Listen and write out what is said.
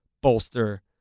bolster